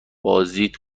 بازدید